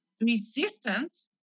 resistance